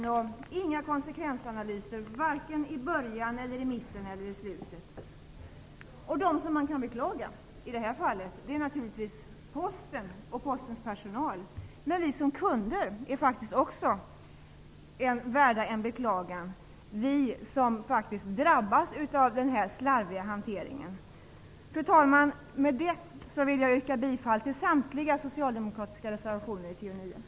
Det har inte gjorts några konsekvensanalyser, varken i början, i mitten eller i slutet av behandlingen. De som man kan beklaga är i detta fall naturligtvis Posten och dess personal, men också vi som är kunder och som faktiskt drabbas av denna slarviga hantering är att beklaga. Fru talman! Med detta yrkar jag bifall till samtliga socialdemokratiska reservationer vid betänkandet.